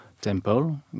temple